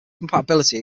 compatibility